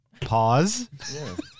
pause